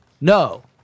No